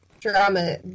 drama